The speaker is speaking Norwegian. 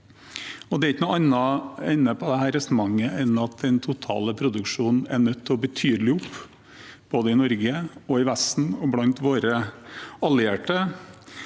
Det er ikke noen annen ende på dette resonnementet enn at den totale produksjonen er nødt til å gå betydelig opp, både i Norge og Vesten og blant våre allierte.